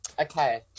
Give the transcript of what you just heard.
Okay